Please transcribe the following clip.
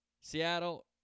Seattle